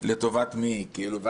ההמלצה הראשונה שלנו אז,